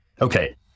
okay